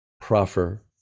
proffer